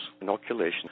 inoculation